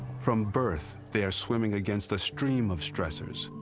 from birth they are swimming against a stream of stressors.